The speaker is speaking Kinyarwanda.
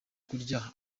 kurya